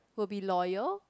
will be loyal